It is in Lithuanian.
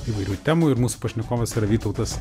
įvairių temų ir mūsų pašnekovas yra vytautas